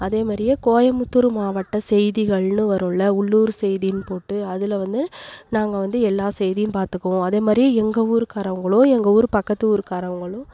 அதே மாதிரியே கோயம்முத்தூர் மாவட்ட செய்திகள்ன்னு வருல்ல உள்ளூர் செய்தின்னு போட்டு அதில் வந்து நாங்கள் வந்து எல்லா செய்தியும் பார்த்துக்குவோம் அதே மாதிரி எங்கள் ஊருக்காரவங்களும் எங்கள் ஊர் பக்கத்து ஊருக்காரவங்களும்